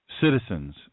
citizens